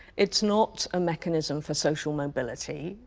it's not a mechanism for social mobility.